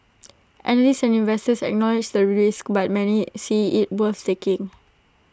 analysts and investors acknowledge the risk but many see IT worth taking